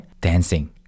dancing